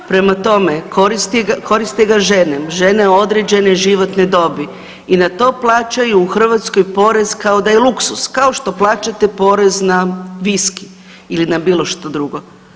Prema tome, koristi, koriste ga žene, žene određene životne dobe i na to plaćaju u Hrvatskoj porez kao da je luksuz, kao što plaćate porez na viski ili na bilo što drugo.